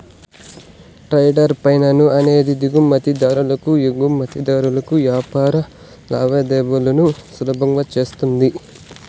trade finance అనేది దిగుమతి దారులు ఎగుమతిదారులకు వ్యాపార లావాదేవీలను సులభం చేస్తది